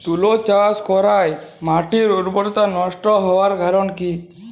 তুতে চাষ করাই মাটির উর্বরতা নষ্ট হওয়ার কারণ কি?